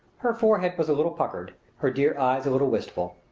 her forehead was a little puckered, her dear eyes a little wistful.